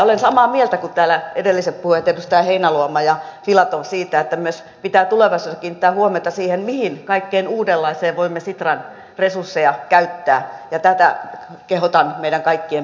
olen samaa mieltä kuin täällä edelliset puhujat edustajat heinäluoma ja filatov siitä että pitää tulevaisuudessa kiinnittää huomiota myös siihen mihin kaikkeen uudenlaiseen voimme sitran resursseja käyttää ja tätä kehotan meitä kaikkia miettimään